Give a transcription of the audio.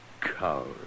coward